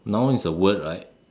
noun is a word right